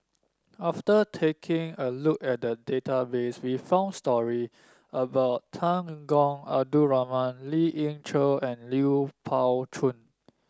after taking a look at the database we found story about Temenggong Abdul Rahman Lien Ying Chow and Lui Pao Chuen